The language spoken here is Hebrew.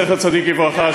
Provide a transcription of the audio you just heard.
זכר צדיק לברכה,